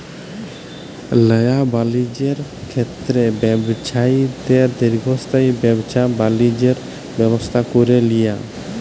ল্যায় বালিজ্যের ক্ষেত্রে ব্যবছায়ীদের দীর্ঘস্থায়ী ব্যাবছা বালিজ্যের ব্যবস্থা ক্যরে লিয়া